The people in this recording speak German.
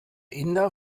inder